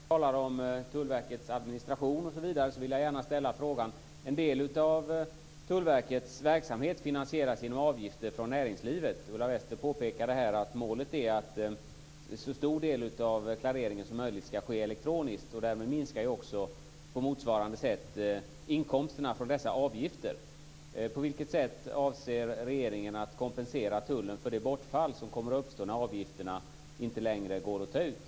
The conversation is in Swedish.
Fru talman! Ulla Wester talar om Tullverkets administration osv. Då vill jag gärna ställa en fråga. En del av Tullverkets verksamhet finansieras genom avgifter från näringslivet. Ulla Wester påpekade att målet är att en så stor del av clareringen som möjligt ska ske elektroniskt. Därmed minskar på motsvarande sätt inkomsterna från dessa avgifter. På vilket sätt avser regeringen att kompensera tullen för det bortfall som kommer att uppstå när avgifterna inte längre går att ta ut?